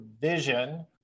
vision